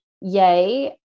Yay